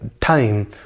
time